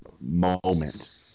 moment